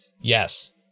Yes